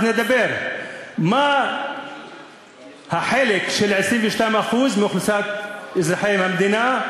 אז נדבר: מה החלק של 22% מאזרחי המדינה,